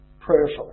prayerfully